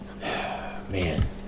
Man